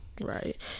Right